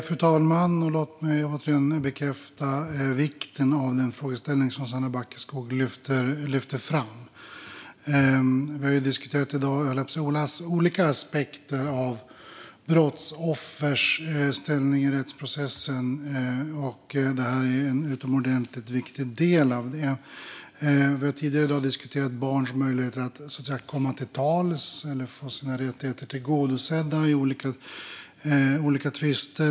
Fru talman! Låt mig återigen bekräfta vikten av den frågeställning som Sanna Backeskog tar upp. Vi har i dag diskuterat olika aspekter av brottsoffers ställning i rättsprocessen. Det här är en utomordentligt viktig del av det. Vi har tidigare i dag diskuterat barns möjligheter att komma till tals eller att få sina rättigheter tillgodosedda i olika tvister.